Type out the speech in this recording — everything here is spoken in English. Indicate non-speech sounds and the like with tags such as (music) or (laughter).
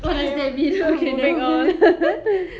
what does that mean okay never mind (noise)